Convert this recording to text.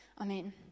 Amen